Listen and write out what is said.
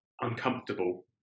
uncomfortable